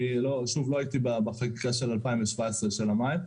לא הייתי בחקיקה של 2017 של המים,